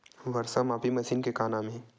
वर्षा मापी मशीन के का नाम हे?